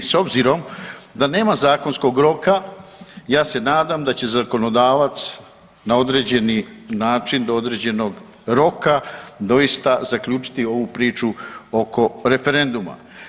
S obzirom da nema zakonskog roka, ja se nadam da će zakonodavac na određeni način, do određenog roka doista zaključiti ovu priču oko referenduma.